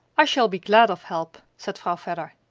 i shall be glad of help, said vrouw vedder,